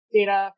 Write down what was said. data